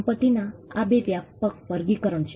સંપતિનાં આ બે વ્યાપક વર્ગીકરણ છે